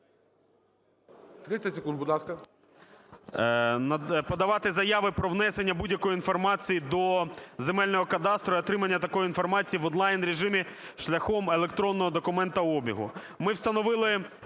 30 секунд, будь ласка.